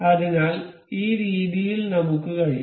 അതിനാൽ ഈ രീതിയിൽ നമുക്ക് കഴിയും